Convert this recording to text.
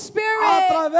Spirit